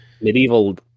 Medieval